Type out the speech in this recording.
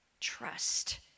trust